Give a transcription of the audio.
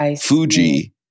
Fuji